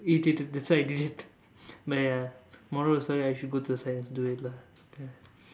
irritated that's why I did it but ya moral of the story I should go to the side and do it lah